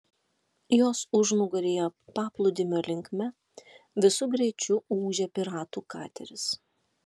jos užnugaryje paplūdimio linkme visu greičiu ūžė piratų kateris